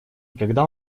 когда